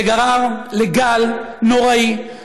זה גרם לגל נורא של